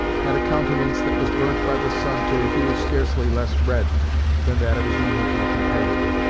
had a countenance that was burnt by the sun to a hue scarcely less red than that of his mohican companion.